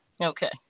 Okay